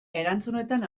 erantzunetan